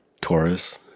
Taurus